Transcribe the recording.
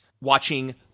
watching